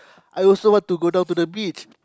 I also want to go down to the beach